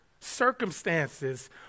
circumstances